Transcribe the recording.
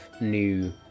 new